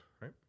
right